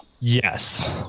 Yes